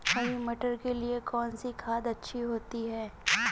हरी मटर के लिए कौन सी खाद अच्छी होती है?